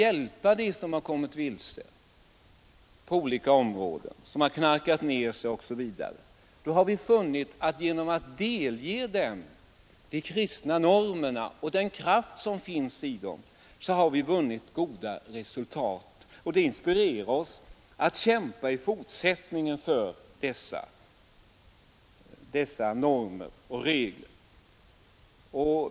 det kristna som kommit vilse, dem som har knarkat ner sig osv. och vinner goda resultat genom att delge dem de kristna normerna och den kraft som finns i dem inspirerar det oss att i fortsättningen kämpa för dessa normer och regler.